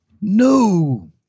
no